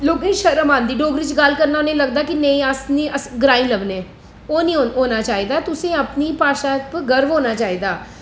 लोकें गी शर्म औंदी डोगरी च गल्ल करना उनें गी लगदा के अस नेईं अस ग्राईं लग्गने ओह् नेईं होना चाहिदी असेंगी अपनी भाशा उप्पर गर्व होना चाहिदा